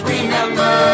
Remember